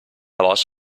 ross